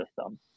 system